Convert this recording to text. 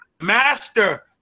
master